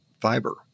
fiber